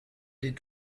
les